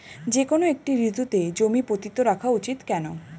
যেকোনো একটি ঋতুতে জমি পতিত রাখা উচিৎ কেন?